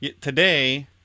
today